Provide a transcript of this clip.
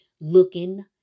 looking